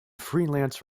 freelance